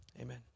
amen